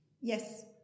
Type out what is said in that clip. Yes